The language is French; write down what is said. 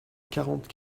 quarante